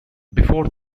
before